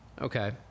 okay